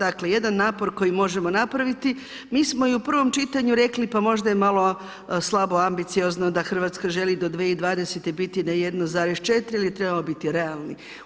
Dakle jedan napor koji možemo napraviti, mi smo i u prvom čitanju rekli, pa možda je malo slabo ambiciozno da Hrvatska želi do 2020. biti na 1,4 ili je trebalo biti realni.